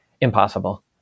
impossible